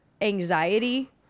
anxiety